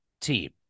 team